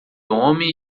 homem